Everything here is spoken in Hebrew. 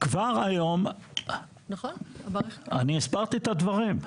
אני הסברתי את הדברים.